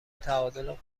تعادل